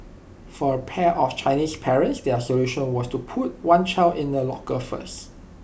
for A pair of Chinese parents their solution was to put one child in A locker first